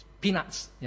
peanuts